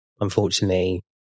unfortunately